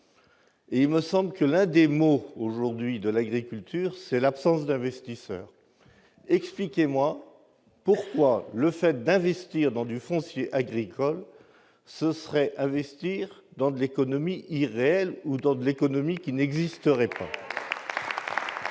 Et il me semble que l'un des maux dont souffre aujourd'hui l'agriculture, c'est l'absence d'investisseurs. Expliquez-moi pourquoi le fait d'investir dans du foncier agricole, ce serait investir dans de l'économie irréelle ou dans de l'économie qui n'existerait pas.